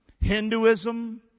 Hinduism